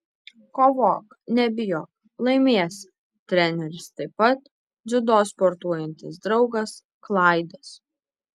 kovok nebijok laimėsi treneris taip pat dziudo sportuojantis draugas klaidas